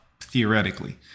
theoretically